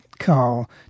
call